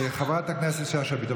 חברת הכנסת שאשא ביטון,